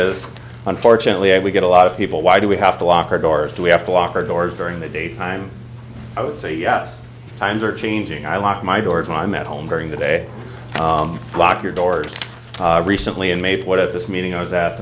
is unfortunately we get a lot of people why do we have to lock our doors do we have to lock our doors during the day time i would say yes times are changing i lock my doors when i'm at home during the day lock your doors recently in may what if this meeting i was at